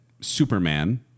Superman